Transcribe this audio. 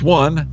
one